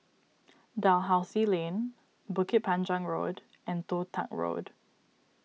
Dalhousie Lane Bukit Panjang Road and Toh Tuck Road